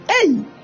Hey